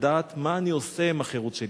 לדעת מה אני עושה עם החירות שלי.